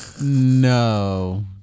No